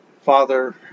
Father